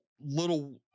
little